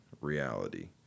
reality